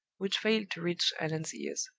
which failed to reach allan's ears.